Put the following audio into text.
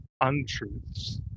untruths